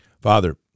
Father